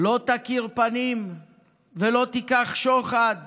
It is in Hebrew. לא תכיר פנים ולא תקח שחד